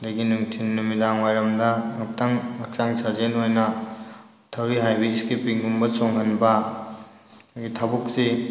ꯑꯗꯒꯤ ꯅꯨꯡꯊꯤꯟ ꯅꯨꯃꯤꯗꯥꯡ ꯋꯥꯏꯔꯝꯗ ꯉꯥꯛꯇꯪ ꯍꯛꯆꯥꯡ ꯁꯥꯖꯦꯟ ꯑꯣꯏꯅ ꯊꯧꯔꯤ ꯍꯥꯏꯕꯤ ꯁ꯭ꯀꯤꯞꯄꯤꯡꯒꯨꯝꯕ ꯆꯣꯡꯍꯟꯕ ꯑꯗꯒꯤ ꯊꯕꯛꯁꯦ